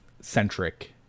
centric